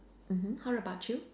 mmhmm how about you